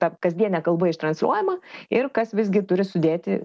ta kasdiene kalba ištransliuojama ir kas visgi turi sudėti